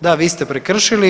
Da, vi ste prekršili.